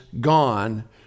gone